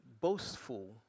boastful